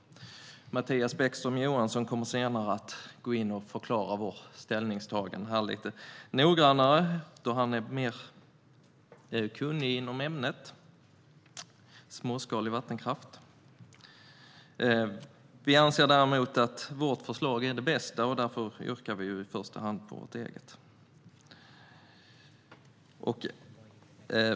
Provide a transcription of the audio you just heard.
Mattias Bäckström Johansson kommer senare att förklara vårt ställningstagande lite noggrannare då han är mer kunnig inom ämnet småskalig vattenkraft. Vi anser att vårt förslag är det bästa, och därför yrkar vi i första hand bifall till vårt eget förslag.